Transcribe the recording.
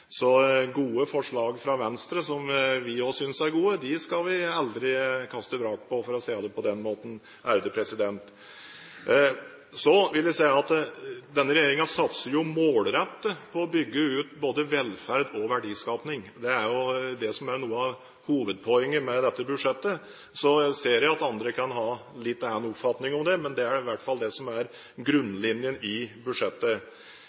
Så gode forslag fra Venstre som vi også synes er gode, skal vi aldri kaste vrak på – for å si det på den måten. Så vil jeg si at denne regjeringen satser målrettet på å bygge ut både velferd og verdiskaping. Det er jo det som er noe av hovedpoenget med dette budsjettet. Jeg ser at andre kan ha en litt annen oppfatning om det, men det er i hvert fall det som er grunnlinjen i budsjettet.